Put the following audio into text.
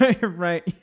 right